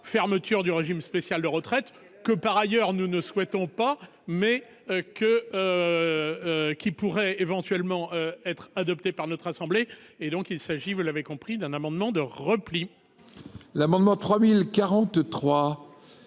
fermeture du régime spécial de retraites, fermeture que par ailleurs nous ne souhaitons pas, mais qui pourrait éventuellement être adoptée par notre assemblée. Il s'agit, vous l'avez compris, d'un amendement de repli.